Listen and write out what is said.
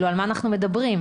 על מה אנחנו מדברים?